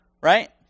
right